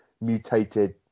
mutated